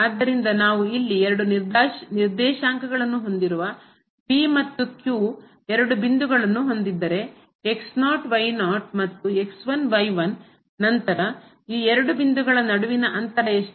ಆದ್ದರಿಂದ ನಾವು ಇಲ್ಲಿ ಎರಡು ನಿರ್ದೇಶಾಂಕಗಳನ್ನು ಹೊಂದಿರುವ P ಮತ್ತು Q ಎರಡು ಬಿಂದುಗಳನ್ನು ಹೊಂದಿದ್ದರೆ ಮತ್ತು ನಂತರ ಈ ಎರಡು ಬಿಂದುಗಳ ನಡುವಿನ ಅಂತರ ಎಷ್ಟು